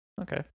Okay